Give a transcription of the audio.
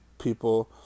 people